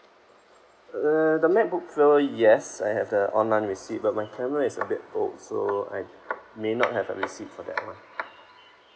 uh the macbook pro yes I have the online receipt but my camera is a bit old so I may not have a receipt for that one